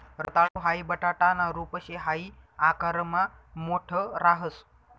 रताळू हाई बटाटाना रूप शे हाई आकारमा मोठ राहस